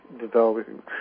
developing